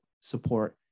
support